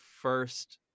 first